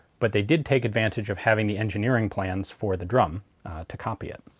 but they did take advantage of having the engineering plans for the drum to copy it.